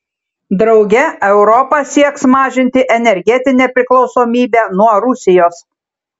drauge europa sieks mažinti energetinę priklausomybę nuo rusijos